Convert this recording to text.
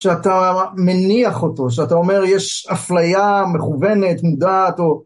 שאתה מניח אותו, שאתה אומר, יש אפליה מכוונת, מודעת או...